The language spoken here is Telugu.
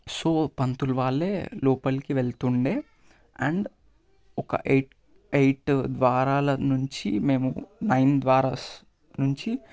సో పంతులు వాళ్ళే లోపలికి వెళ్తుండే అండ్ ఒక ఎయిట్ ఎయిట్ ద్వారాల నుంచి మేము నైన్ ద్వారాస్ నుంచి